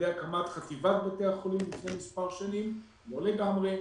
לא לגמרי,